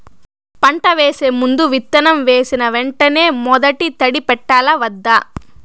పంట వేసే ముందు, విత్తనం వేసిన వెంటనే మొదటి తడి పెట్టాలా వద్దా?